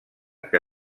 que